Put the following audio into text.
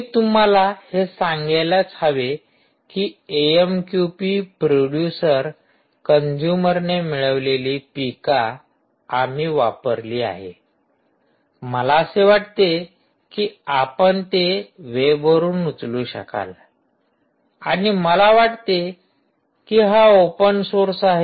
मी तुम्हाला हे सांगायलाच हवे की एएमक्यूपी प्रोड्युसर कंजूमरने मिळवलेली पीका आम्ही वापरली आहे मला असे वाटते की आपण ते वेबवरुन उचलू शकाल आणि मला वाटते कि हा ओपन सोर्स आहे